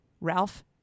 Ralph